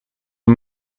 hij